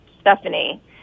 Stephanie